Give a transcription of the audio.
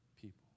people